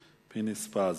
פינס-פז.